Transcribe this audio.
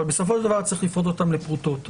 אבל בסופו של דבר צריך לפרוט אותן לפרוטות.